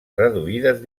reduïdes